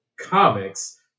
comics